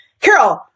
Carol